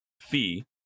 fee